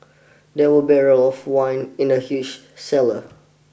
there were barrels of wine in the huge cellar